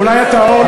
אולי את האור,